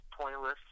pointless